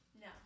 No